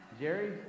Jerry